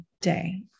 Day